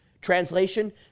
translation